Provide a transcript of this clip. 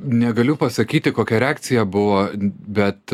negaliu pasakyti kokia reakcija buvo bet